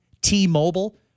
T-Mobile